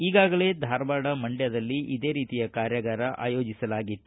ಈಗಾಗಲೇ ಧಾರವಾಡ ಮಂಡ್ಕದಲ್ಲಿ ಇದೇ ರೀತಿಯ ಕಾರ್ಯಾಗಾರ ಆಯೋಜಿಸಲಾಗಿತ್ತು